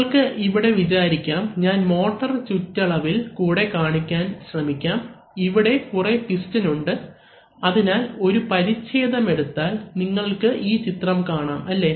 നിങ്ങൾക്ക് ഇവിടെ വിചാരിക്കാം ഞാൻ മോട്ടർ ചുറ്റളവിൽ കൂടെ കാണിക്കാൻ ശ്രമിക്കാം ഇവിടെ കുറേ പിസ്റ്റൺ ഉണ്ട് അതിനാൽ ഒരു പരിച്ഛേദം എടുത്താൽ നിങ്ങൾക്ക് ഈ ചിത്രം കാണാം അല്ലേ